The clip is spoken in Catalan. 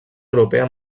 europea